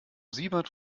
siebert